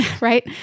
right